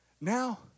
now